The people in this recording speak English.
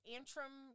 Antrim